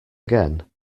again